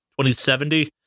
2070